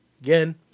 again